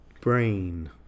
brain